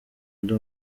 ndi